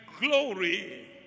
glory